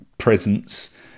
presence